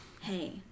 hey